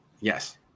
Yes